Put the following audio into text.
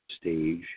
stage